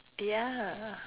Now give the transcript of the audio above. ya